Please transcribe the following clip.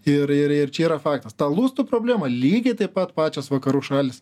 ir ir ir čia yra faktas ta lustų problemą lygiai taip pat pačios vakarų šalys